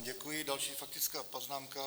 Děkuji vám, další faktická poznámka.